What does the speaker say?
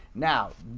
now,